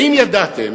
האם ידעתם